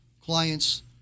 clients